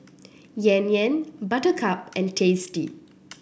Yan Yan Buttercup and Tasty